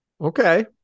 Okay